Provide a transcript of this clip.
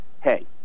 hey